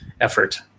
effort